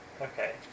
Okay